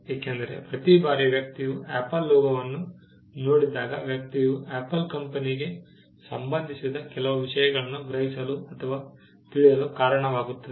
ಏಕೆಂದರೆ ಪ್ರತಿ ಬಾರಿ ವ್ಯಕ್ತಿಯು ಆಪಲ್ ಲೋಗೊವನ್ನು ನೋಡಿದಾಗ ವ್ಯಕ್ತಿಯು ಆಪಲ್ ಕಂಪನಿಗೆ ಸಂಬಂಧಿಸಿದ ಕೆಲವು ವಿಷಯಗಳನ್ನು ಗ್ರಹಿಸಲು ಅಥವಾ ತಿಳಿಯಲು ಕಾರಣವಾಗುತ್ತದೆ